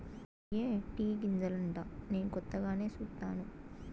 ఇయ్యే టీ గింజలంటా నేను కొత్తగానే సుస్తాను